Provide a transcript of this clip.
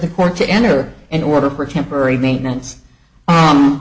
the court to enter an order per temporary maintenance